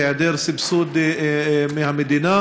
בהיעדר סבסוד מהמדינה.